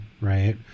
right